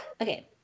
Okay